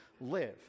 live